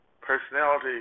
personality